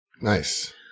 Nice